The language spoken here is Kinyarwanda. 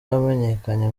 wamenyekanye